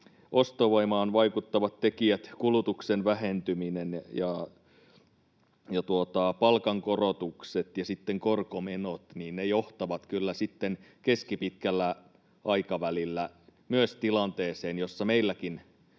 ostovoimaan vaikuttavat tekijät — kulutuksen vähentyminen, palkankorotukset ja korkomenot — johtavat sitten keskipitkällä aikavälillä myös tilanteeseen, jossa meilläkin